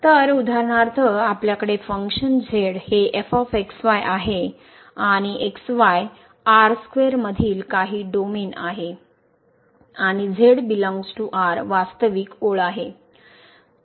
तर उदाहरणार्थ आपल्याकडे फंक्शन z हे f x y आहे आणि x y square मधील काही डोमेन आहे आणि वास्तविक ओळ आहे